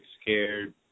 scared